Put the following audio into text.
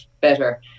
better